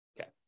Okay